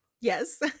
Yes